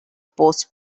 post